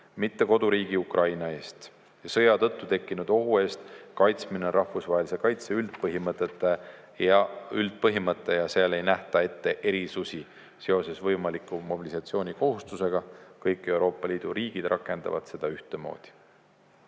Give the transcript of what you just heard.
kaitsta] koduriigi Ukraina eest. Sõja tõttu tekkinud ohu eest kaitsmine on rahvusvahelise kaitse üldpõhimõte ja seal ei nähta ette erisusi seoses võimaliku mobilisatsioonikohustusega. Kõik Euroopa Liidu riigid rakendavad seda ühtemoodi.